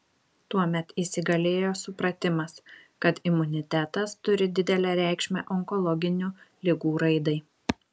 tuomet įsigalėjo supratimas kad imunitetas turi didelę reikšmę onkologinių ligų raidai